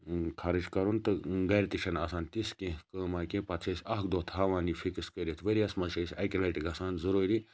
خرچ کَرُن تہٕ گَرِ تہٕ چھنہٕ آسان تِژھ کینٛہہ کٲما کینٛہہ پَتہٕ چھِ أسۍ اکھ دۄہ تھاوان یہِ فکٕس کٔرِتھ ؤریَس مَنٛز چھِ أسۍ اَکہِ لَٹہِ گَژھان ضروٗری